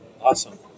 Awesome